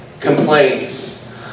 Complaints